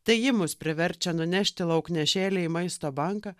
tai ji mus priverčia nunešti lauknešėlį į maisto banką